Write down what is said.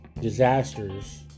disasters